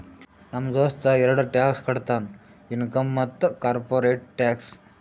ನಮ್ ದೋಸ್ತ ಎರಡ ಟ್ಯಾಕ್ಸ್ ಕಟ್ತಾನ್ ಇನ್ಕಮ್ ಮತ್ತ ಕಾರ್ಪೊರೇಟ್ ಟ್ಯಾಕ್ಸ್